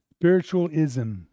spiritualism